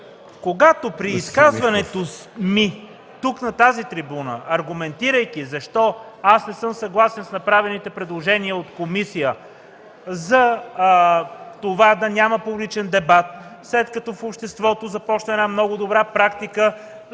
Когато при изказването ми тук, на тази трибуна, аргументирайки се защо аз не съм съгласен с направените предложения от комисия за това да няма публичен дебат, след като в обществото започна една много добра практика